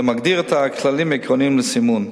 זה מגדיר את הכללים העקרוניים לסימון.